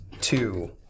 two